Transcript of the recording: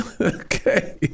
Okay